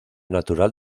natural